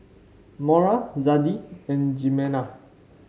Maura Zadie and Jimena